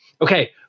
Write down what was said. okay